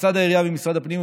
לצד העירייה ומשרד הפנים,